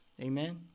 Amen